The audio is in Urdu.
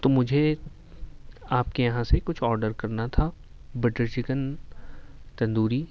تو مجھے آپ کے یہاں سے کچھ آڈر کرنا تھا بٹر چکن تندوری